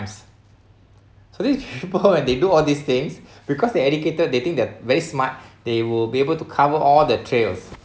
s~ these people when they do all these things because they educated they think they're very smart they will be able to cover all the trails